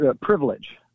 privilege